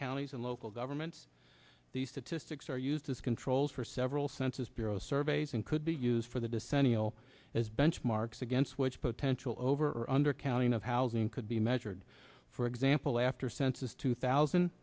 counties and local governments these statistics are used as controls for several census bureau surveys and could be used for the descending will as benchmarks against which potential over or under counting of housing could be measured for example after census two thousand